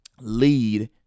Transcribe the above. lead